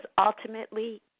ultimately